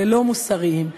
ללא-מוסריים.